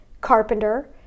Carpenter